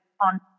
on